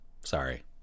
sorry